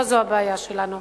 לא זו הבעיה שלנו.